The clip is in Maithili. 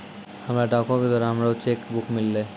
हमरा डाको के द्वारा हमरो चेक बुक मिललै